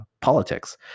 politics